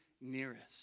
nearest